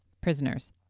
prisoners